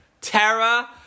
Terra